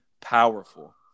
powerful